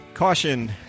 Caution